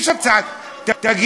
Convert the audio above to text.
עוד פעם אתה מתחיל לדבר על כיבוש?